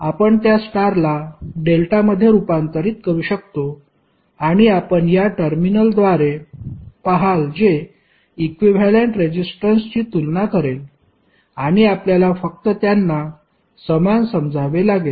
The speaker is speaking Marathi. आपण त्या स्टारला डेल्टामध्ये रूपांतरित करू शकतो आणि आपण या टर्मिनलद्वारे पहाल जे इक्विव्हॅलेंट रेजिस्टन्सची तुलना करेल आणि आपल्याला फक्त त्यांना समान समजावे लागेल